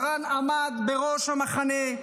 מרן עמד בראש המחנה,